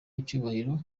icyubahiro